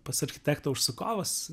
pas architektą užsakovas